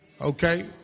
Okay